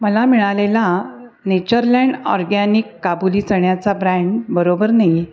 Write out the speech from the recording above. मला मिळालेला Natureland organic काबुली चण्याचा ब्रँड बरोबर नाही आहे